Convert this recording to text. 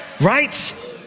right